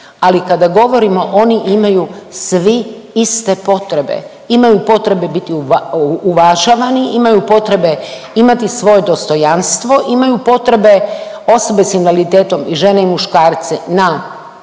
ali kada govorimo oni imaju svi iste potrebe. Imaju potrebu biti uvažavani, imaju potrebe imati svoje dostojanstvo, imaju potrebe osobe s invaliditetom i žene i muškarci na